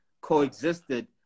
coexisted